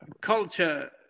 culture